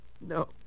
No